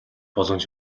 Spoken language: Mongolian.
боломж